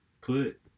put